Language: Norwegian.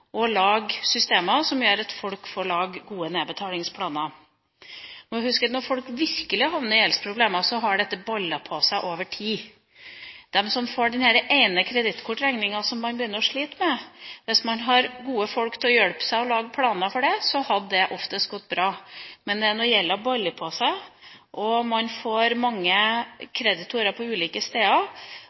og kreditorer til å gå sammen og lage systemer som gjør at folk får gode nedbetalingsplaner. Vi må huske at når folk virkelig havner i gjeldsproblemer, har dette ballet på seg over tid. Hvis de som får denne ene kredittkortregninga som de begynner å slite med, hadde hatt gode folk til å hjelpe seg og lage planer for det, hadde det som oftest gått bra. Men det er når gjelda baller på seg, man får mange kreditorer på ulike steder,